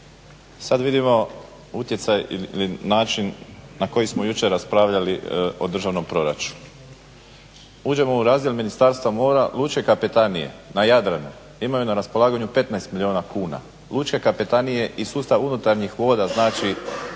sad vidimo utjecaj ili način na koji smo jučer raspravljali o državnom proračunu. Uđemo u razdjel Ministarstva mora, lučke kapetanije na Jadranu imaju na raspolaganju 15 milijuna kuna, lučke kapetanije i sustav unutarnjih voda znači